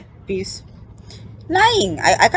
peeves lying I I can't